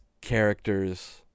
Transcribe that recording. characters